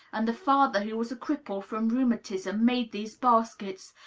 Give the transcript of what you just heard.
and the father, who was a cripple from rheumatism, made these baskets,